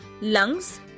Lungs